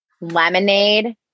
lemonade